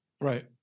Right